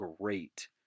great